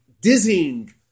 dizzying